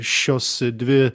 šios dvi